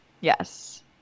Yes